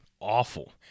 awful